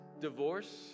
divorce